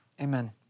Amen